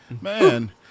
Man